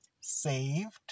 saved